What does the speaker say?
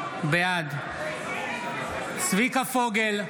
בעד צביקה פוגל,